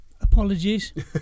Apologies